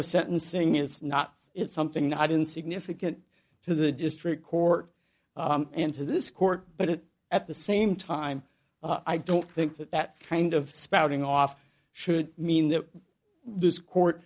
of sentencing it's not it's something i didn't significant to the district court and to this court but at the same time i don't think that that kind of spouting off should mean that this court